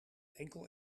enkel